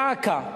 דא עקא,